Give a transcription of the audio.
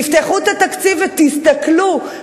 תפתחו את התקציב ותסתכלו,